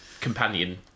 companion